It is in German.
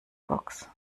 box